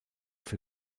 für